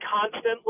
constantly